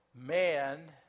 man